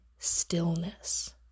stillness